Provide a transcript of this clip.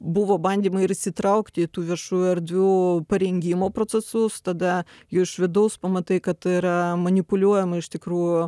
buvo bandymai ir įsitraukti į tų viešųjų erdvių parengimo procesus tada iš vidaus pamatai kad yra manipuliuojama iš tikrųjų